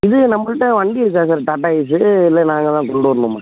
இது நம்பள்கிட்ட வண்டி இருக்கா சார் டாட்டா ஏஸு இல்லை நாங்கள் தான் கொண்டு வரணுமா